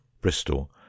Bristol